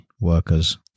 workers